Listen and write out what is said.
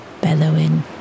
bellowing